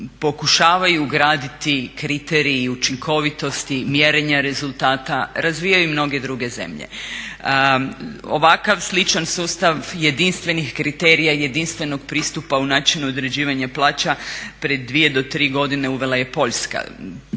pokušavaju ugraditi kriteriji učinkovitosti, mjerenja rezultata razvijaju i mnoge druge zemlje. Ovakav sličan sustav jedinstvenih kriterija, jedinstvenog pristupa u načinu određivanja plaća pred 2 do 3 godine uvela je Poljska.